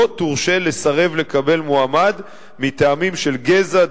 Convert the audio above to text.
תורשה לסרב לקבל מועמד מטעמים של גזע,